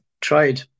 tried –